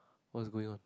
what's going on